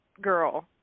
girl